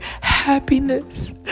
happiness